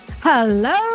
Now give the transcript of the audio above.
Hello